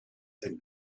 and